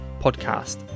podcast